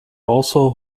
also